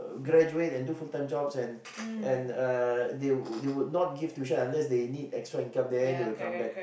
graduate and do full-time jobs and and uh they would they would not give tuition unless they need extra income then they would come back